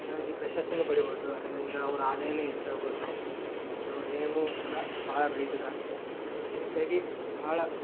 ಹಾಗಾಗಿ ಪ್ರಶಸ್ತಿಯೂ ಪಡಿಬೋದು ಅದರಿಂದ ಅವ್ರ ಆದಾಯವೂ ಹೆಚ್ಚಾಗ್ಬೋದು ಮತ್ತೆ ಅವ್ರ ನೇಮು ಕೂಡ ಬಹಳ ಬೆಳಿತದೆ ಈ ರೀತಿಯಾಗಿ ಬಹಳ